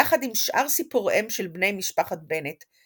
יחד עם שאר סיפוריהם של בני משפחת בנט,